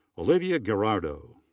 olivia gerardot.